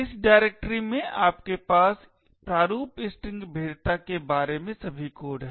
इस डायरेक्टरी में आपके पास प्रारूप स्ट्रिंग भेद्यता के बारे में सभी कोड हैं